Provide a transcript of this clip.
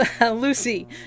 Lucy